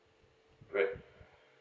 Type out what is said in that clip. right